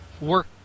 work